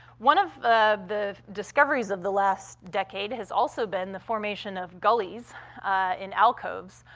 one of the the discoveries of the last decade has also been the formation of gullies in alcoves.